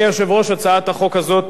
אדוני היושב-ראש, הצעת החוק הזאת